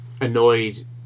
annoyed